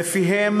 ולפיהן